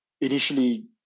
initially